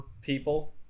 people